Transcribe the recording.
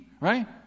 right